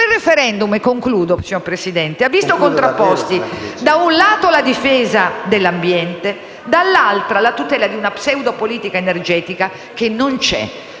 Presidente - ha visto contrapposti, da un lato, la difesa dell'ambiente, dall'altro, la tutela di una pseudo politica energetica che non c'è.